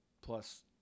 Plus